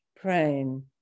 praying